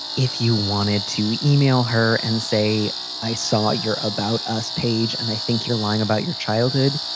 if you wanted to email her and say i saw your about us page and i think you're lying about your childhood,